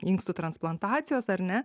inkstų transplantacijos ar ne